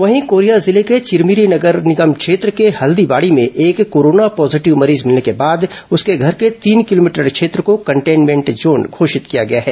वहीं कोरिया जिले के चिरमिरी नगर निगम क्षेत्र के हल्दीबाडी में एक कोरोना पॉजीटिव मरीज मिलने के बाद उसके घर के तीन किलोमीटर क्षेत्र को कंटेन्मेंट जोन घोषित किया गया है